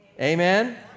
Amen